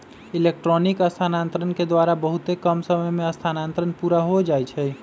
electronic स्थानान्तरण के द्वारा बहुते कम समय में स्थानान्तरण पुरा हो जाइ छइ